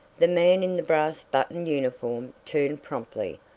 the man in the brass-buttoned uniform turned promptly.